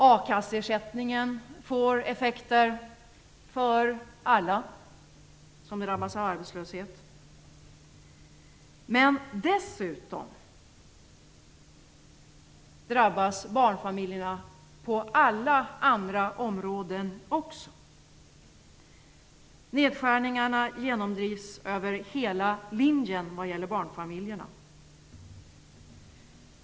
A kasseersättningen får effekter för alla som drabbas av arbetslöshet, men dessutom drabbas barnfamiljerna på alla andra områden också. Nedskärningarna genomdrivs över hela linjen när det gäller barnfamiljerna.